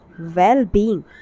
well-being